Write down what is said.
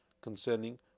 concerning